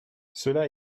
cela